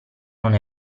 non